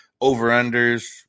over-unders